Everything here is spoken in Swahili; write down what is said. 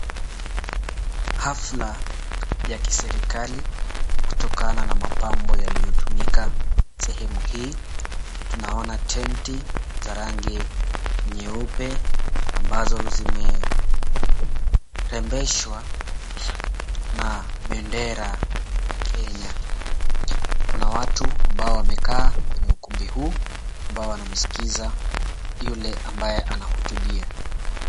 Hafla ya kiserikali kutokana na mapambo yaliyotumika sehemu hii tunaona tenti za rangi nyeupe ambazo zimerembeshwa na bendera ya Kenya. Kuna watu ambao wamekaa kwenye ukumbi huu ambao wanasikiliza yule ambaye anahutubia.